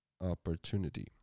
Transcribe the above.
opportunity